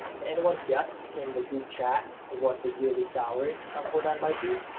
can anyone guess, in the group chat, what the yearly salary um for that might be?